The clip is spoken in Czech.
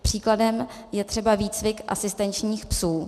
Příkladem je třeba výcvik asistenčních psů.